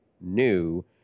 new